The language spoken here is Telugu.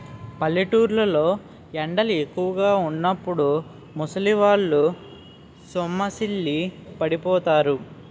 పల్లెటూరు లో ఎండలు ఎక్కువుగా వున్నప్పుడు ముసలివాళ్ళు సొమ్మసిల్లి పడిపోతారు